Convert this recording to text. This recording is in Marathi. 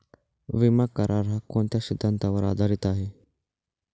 विमा करार, हा कोणत्या सिद्धांतावर आधारीत आहे?